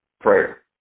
prayer